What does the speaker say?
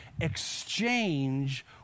exchange